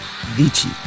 Vici